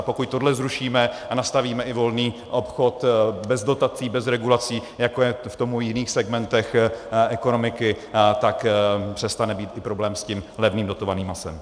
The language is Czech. Pokud tohle zrušíme a nastavíme i volný obchod bez dotací, bez regulací, jako je tomu v jiných segmentech ekonomiky, tak přestane být i problém s tím levným dotovaným masem.